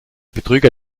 betrüger